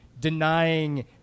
denying